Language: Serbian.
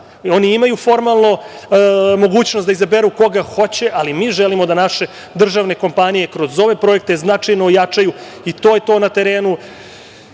Oni imaju formalno mogućnost da izaberu koga hoće, ali mi želimo da naše državne kompanije kroz ove projekte značajno ojačaju. To je to na terenu.